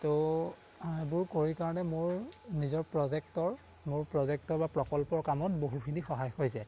ত' এইবোৰ কৰি কাৰণে মোৰ নিজৰ প্ৰজেক্টৰ মোৰ প্ৰজেক্টৰ বা প্ৰকল্পৰ কামত বহুখিনি সহায় হৈ যায়